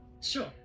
sure